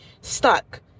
stuck